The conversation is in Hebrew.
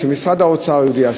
שמשרד האוצר יודיע,